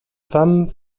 femme